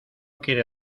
quiere